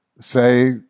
say